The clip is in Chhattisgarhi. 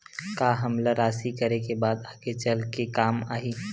का हमला राशि करे के बाद आगे चल के काम आही?